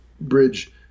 bridge